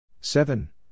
seven